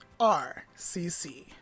RCC